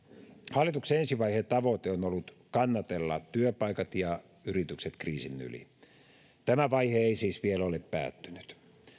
hallituksen ensivaiheen tavoite on on ollut kannatella työpaikat ja yritykset kriisin yli tämä vaihe ei siis vielä ole päättynyt